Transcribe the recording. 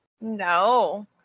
No